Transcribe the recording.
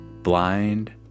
blind